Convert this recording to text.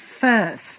first